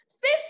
Fifth